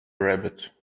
rabbit